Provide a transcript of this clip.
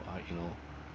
uh you know